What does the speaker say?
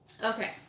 Okay